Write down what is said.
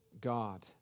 God